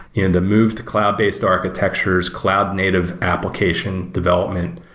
and the move to cloud-based architectures, cloud native application development,